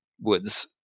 woods